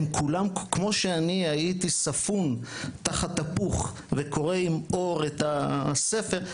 כמו שאני הייתי ספון תחת הפוך וקורא עם אור את הספר,